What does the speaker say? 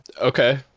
Okay